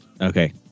Okay